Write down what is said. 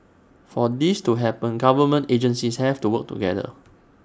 for this to happen government agencies have to work together